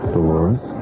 Dolores